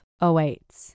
awaits